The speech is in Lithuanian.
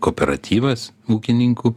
kooperatyvas ūkininkų